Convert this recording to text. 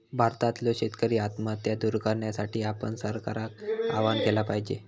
भारतातल्यो शेतकरी आत्महत्या दूर करण्यासाठी आपण सरकारका आवाहन केला पाहिजे